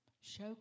show